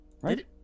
Right